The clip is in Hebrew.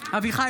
אביחי